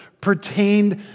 pertained